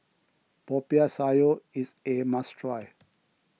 Popiah Sayur is a must try